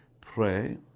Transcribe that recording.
pray